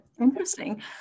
interesting